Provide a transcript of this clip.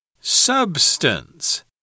Substance